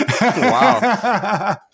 Wow